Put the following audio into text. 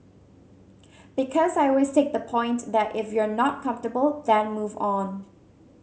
because I always take the point that if you're not comfortable then move on